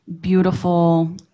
beautiful